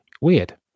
weird